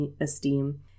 esteem